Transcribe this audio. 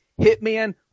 Hitman